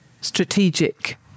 strategic